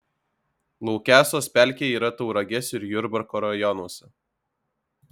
laukesos pelkė yra tauragės ir jurbarko rajonuose